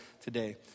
today